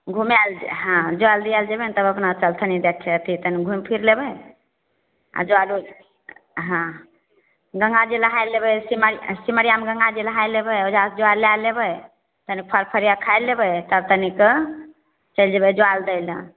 घुमय लए जए हाँ जल दियै लए जेबय ने तब अपना सभ तनि देखय अथी तनि घुमि फिर लेबय आओर जरूर हाँ गंगाजी नहाय लेबय सिमरिया सिमरियामे गंगाजी नहायल जेबय ओइजाँ जल लए लेबय तनि फल फरिया खाइ लेबय तब तनिके चलि जेबय जल दै लए